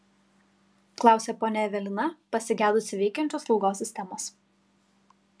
klausė ponia evelina pasigedusi veikiančios slaugos sistemos